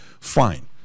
fine